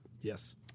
Yes